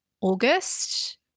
August